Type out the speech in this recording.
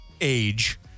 age